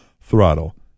throttle